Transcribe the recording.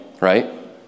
right